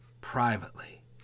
privately